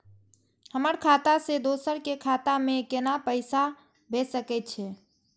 हमर खाता से दोसर के खाता में केना पैसा भेज सके छे?